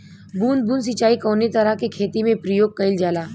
बूंद बूंद सिंचाई कवने तरह के खेती में प्रयोग कइलजाला?